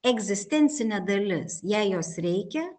egzistencinė dalis jai jos reikia